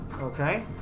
Okay